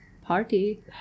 party